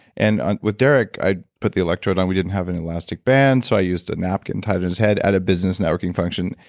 and with derek, i put the electrode on. we didn't have any elastic bands, so i used a napkin, tied it on his head, at a business networking function.